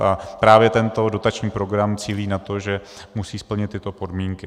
A právě tento dotační program cílí na to, že musí splnit tyto podmínky.